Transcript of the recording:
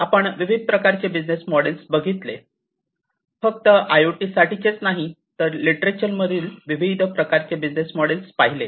आपण विविध प्रकारचे बिझनेस मॉडेल्स बघितले फक्त आयओटी साठीचेच नाही तर् लिटरेचर मधील विविध प्रकारची बिझनेस मॉडेल्स पाहिले